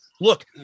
look